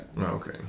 Okay